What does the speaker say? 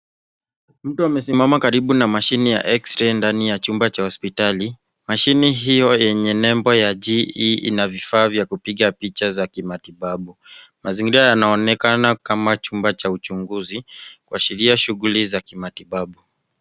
Mtu amesimama karibu na mashine ya eksrei ndani ya chumba cha hospitali. Mashine hiyo yenye nembo ya GE ina vifaa vya kupiga picha za kimatibabu . Mazingira yanaonekana kama chumba cha uchunguzi kuashiria shughuli za kimatibabu .